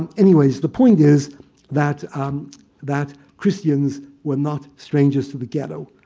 and anyways. the point is that um that christians were not strangers to the ghetto.